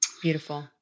beautiful